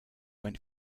went